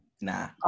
Nah